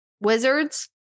Wizards